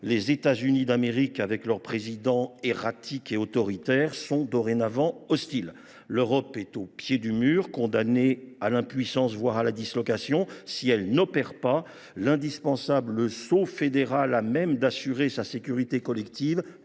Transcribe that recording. les États Unis d’Amérique et leur Président erratique et autoritaire sont dorénavant hostiles ! L’Europe est au pied du mur, condamnée à l’impuissance, voire à la dislocation, si elle n’accomplit pas l’indispensable saut fédéral seul à même d’assurer sa sécurité collective